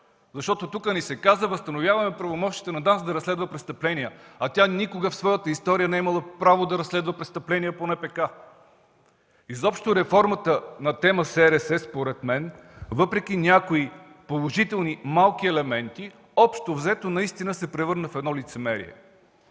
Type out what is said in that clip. Защото тук ни се каза – възстановяваме правомощията на ДАНС да разследва престъпления, а тя никога в своята история не е имала право да разследва престъпления по НПК. Изобщо реформата на тема „Специални разузнавателни средства”, според мен, въпреки някои положителни малки елементи, общо взето, наистина се превърна в едно лицемерие.